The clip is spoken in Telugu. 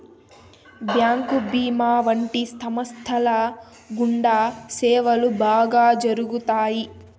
బ్యాంకు భీమా వంటి సంస్థల గుండా సేవలు బాగా జరుగుతాయి